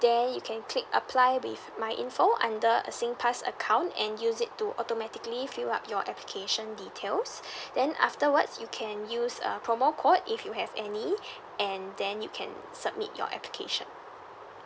then you can click apply with my info under a singpass account and use it to automatically fill up your application details then afterwards you can use uh promo code if you have any and then you can submit your application